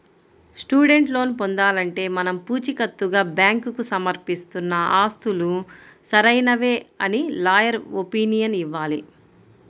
student loan పొందాలంటే మనం పుచీకత్తుగా బ్యాంకుకు సమర్పిస్తున్న ఆస్తులు సరైనవే అని లాయర్ ఒపీనియన్ ఇవ్వాలి